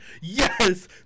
Yes